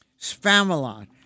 Spamalot